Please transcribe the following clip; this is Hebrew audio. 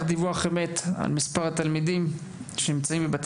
באופן אמיתי על מספר התלמידים שנמצאים במערכת